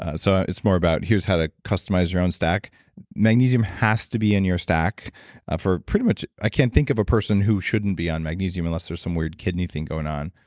ah so it's more about here's how to customize your own magnesium has to be in your stack for pretty much. i can't think of a person who shouldn't be on magnesium unless there's some weird kidney thing going on.